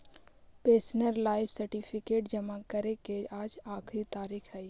pensioner life certificate जमा करे के आज आखिरी तारीख हइ